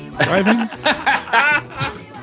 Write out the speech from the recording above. driving